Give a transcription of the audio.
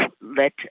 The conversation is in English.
let